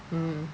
mm